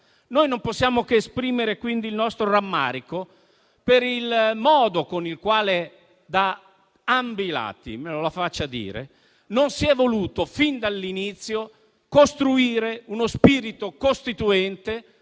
Non possiamo che esprimere quindi il nostro rammarico per il modo con il quale da ambi i lati - me lo faccia dire - non si è voluto fin dall'inizio costruire uno spirito costituente,